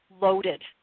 loaded